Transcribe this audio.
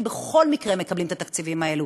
כי בכל מקרה הם מקבלים את התקציבים האלה.